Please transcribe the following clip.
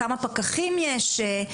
כמה פקחים יש,